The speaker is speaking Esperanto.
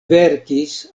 verkis